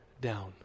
down